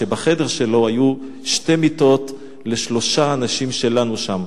שבחדר שלו היו שתי מיטות לשלושה אנשים שלנו שם: